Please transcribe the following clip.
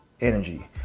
energy